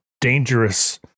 dangerous